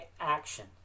action